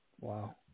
Wow